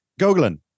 Gogolin